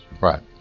Right